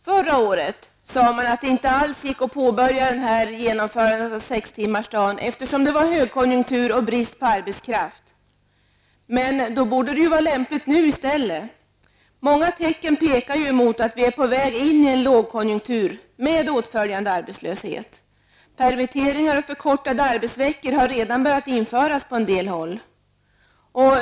Förra året sade man att det inte alls gick att påbörja genomförandet av sextimmarsdagen eftersom det var högkonjunktur och brist på arbetskraft. Men då borde det ju vara lämpligt nu i stället. Många tecken pekar ju emot att vi är på väg in i en lågkonjunktur med åtföljande arbetslöshet. Permitteringar och förkortade arbetsveckor har redan börjat införas på en del håll.